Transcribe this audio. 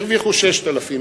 הרוויחו 6,000,